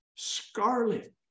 Scarlet